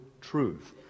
truth